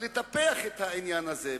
לטפח את העניין הזה,